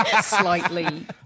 slightly